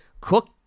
Cook